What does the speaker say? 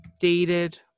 dated